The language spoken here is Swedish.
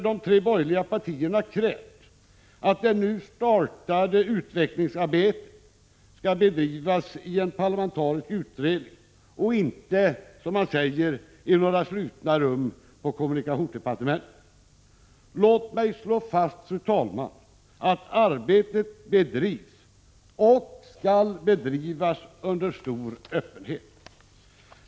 De tre borgerliga partierna har krävt att det nu startade utvecklingsarbetet skall bedrivas i en parlamentarisk utredning och inte, som man säger, i några slutna rum på kommunikationsdepartementet. Låt mig slå fast att arbetet bedrivs och skall bedrivas under stor öppenhet.